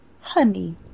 Honey